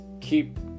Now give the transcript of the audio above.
Keep